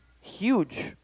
huge